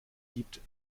gibt